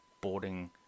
boarding